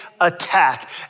attack